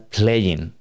playing